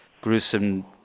gruesome